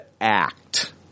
act